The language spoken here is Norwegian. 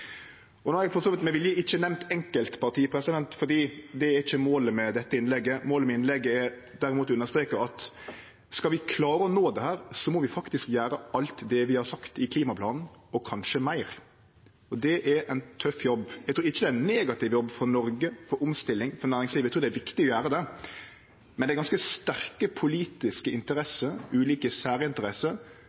har for så vidt med vilje ikkje nemnt enkeltparti, for det er ikkje målet med dette innlegget. Målet med innlegget er derimot å understreke at skal vi klare å nå dette, må vi faktisk gjere alt det vi har sagt i klimaplanen, og kanskje meir. Det er ein tøff jobb. Eg trur ikkje det er ein negativ jobb for Noreg, for omstilling, for næringslivet, eg trur det er viktig å gjere det, men det er ganske sterke politiske interesser, ulike særinteresser